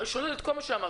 שולל את כל מה שאמרתי.